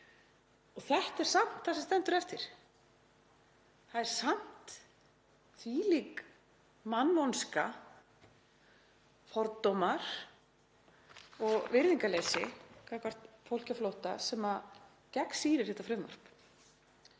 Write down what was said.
og þetta er samt það sem stendur eftir. Það er samt þvílík mannvonska, fordómar og virðingarleysi gagnvart fólki á flótta sem gegnsýrir þetta frumvarp.